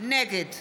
נגד